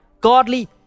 godly